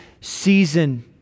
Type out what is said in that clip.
season